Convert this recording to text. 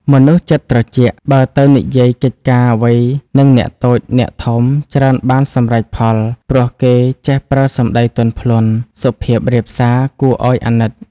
មនុស្សចិត្តត្រជាក់ បើទៅនិយាយកិច្ចការអ្វីនឹងអ្នកតូច អ្នកធំ ច្រើនបានសម្រេចផល ព្រោះគេ ចេះប្រើសម្ដីទន់ភ្លន់ សុភាពរាបសារគួរឲ្យអាណិត ។